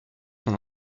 son